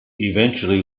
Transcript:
eventually